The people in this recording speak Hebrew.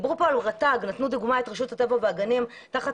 נתנו פה כדוגמה את רשות הטבע והגנים תחת